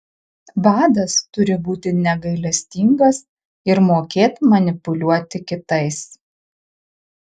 vadas turi būti negailestingas ir mokėt manipuliuoti kitais